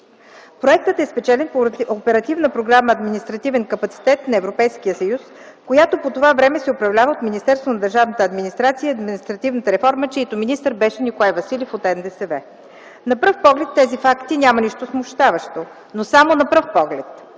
Проектът е спечелен по Оперативна програма „Административен капацитет” на Европейския съюз, която по това време се управлява от Министерството на държавната администрация и административната реформа, чийто министър беше Николай Василев от НДСВ. На пръв поглед в тези факти няма нищо смущаващо, но само на пръв поглед.